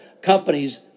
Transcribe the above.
companies